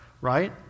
right